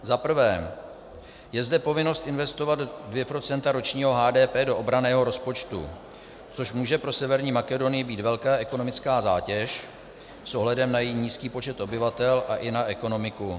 Za prvé je zde povinnost investovat dvě procenta ročního HDP do obranného rozpočtu, což může pro Severní Makedonii být velká ekonomická zátěž s ohledem na její nízký počet obyvatel a i na ekonomiku.